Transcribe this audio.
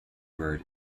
bird